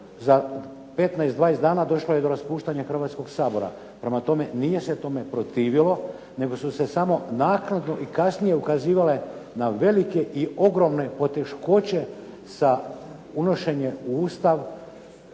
Za 15, 20 dana došlo je do raspuštanja Hrvatskog sabora. Prema tome, nije se tome protivilo, nego su se samo naknadno i kasnije ukazivale na velike i ogromne poteškoće za unošenje Ustav